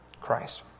Christ